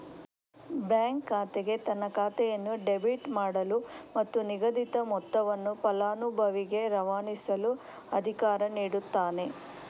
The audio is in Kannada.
ಬ್ಯಾಂಕ್ ಶಾಖೆಗೆ ತನ್ನ ಖಾತೆಯನ್ನು ಡೆಬಿಟ್ ಮಾಡಲು ಮತ್ತು ನಿಗದಿತ ಮೊತ್ತವನ್ನು ಫಲಾನುಭವಿಗೆ ರವಾನಿಸಲು ಅಧಿಕಾರ ನೀಡುತ್ತಾನೆ